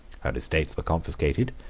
her estates were confiscated,